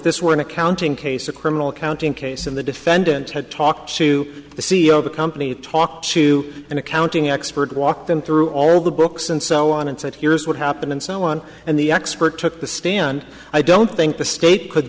one accounting case a criminal accounting case in the defendant had talked to the c e o of the company talked to an accounting expert walk them through all the books and so on and said here's what happened and so on and the expert took the stand i don't think the state could